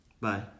Bye